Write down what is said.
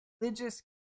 religious